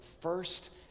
first